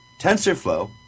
TensorFlow